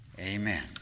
Amen